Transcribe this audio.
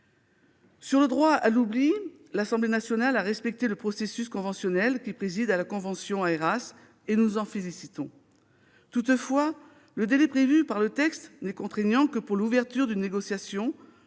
Sur le droit à l'oubli, l'Assemblée nationale a respecté le processus conventionnel qui préside à la convention AERAS. Nous nous en félicitons. Toutefois, le délai prévu n'est contraignant que pour l'ouverture d'une négociation.